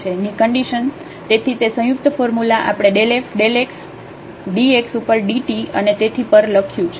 ની કન્ડિશન તેથી તે સંયુક્ત ફોર્મ્યુલા આપણે ∇ f ∇x dx ઉપર dt અને તેથી પર લખ્યું છે